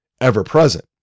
ever-present